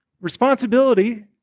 responsibility